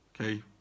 okay